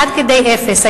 עד כדי אפס.